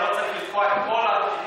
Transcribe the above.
אתה לא צריך לתקוע את כל העיר.